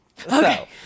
Okay